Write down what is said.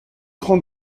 trente